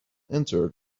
entered